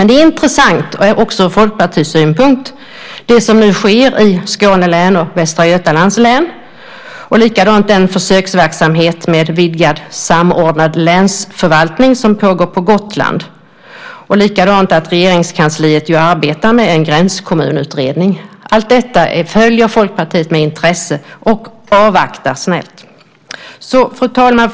Det är intressant också ur Folkpartisynpunkt det som nu sker i Skåne län och i Västra Götalands län. Den försöksverksamhet med vidgad samordnad länsförvaltning som pågår på Gotland är också intressant. Regeringskansliet arbetar ju med en gränskommunutredning. Allt detta följer Folkpartiet med intresse, och avvaktar snällt. Fru talman!